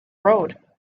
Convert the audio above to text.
road